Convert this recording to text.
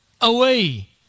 away